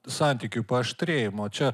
santykių paaštrėjimo čia